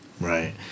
Right